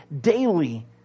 daily